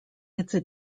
its